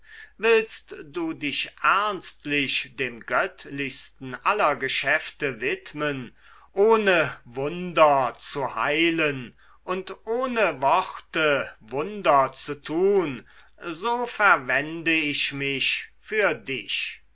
willst du dich ernstlich dem göttlichsten aller geschäfte widmen ohne wunder zu heilen und ohne worte wunder zu tun so verwende ich mich für dich